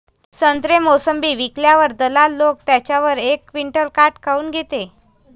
संत्रे, मोसंबी विकल्यावर दलाल लोकं त्याच्यावर एक क्विंटल काट काऊन घेते?